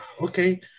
okay